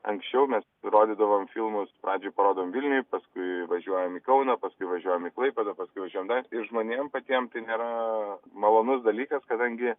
anksčiau mes rodydavom filmus pradžioj parodom vilniuj paskui važiuojam į kauną paskui važiuojam į klaipėdą paskui važiuojam dar ir žmonėm patiem tai nėra malonus dalykas kadangi